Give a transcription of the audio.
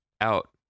Out